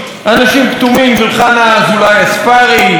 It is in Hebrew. "אנשים כתומים" של חנה אזולאי הספרי,